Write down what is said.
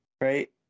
Right